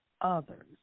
Others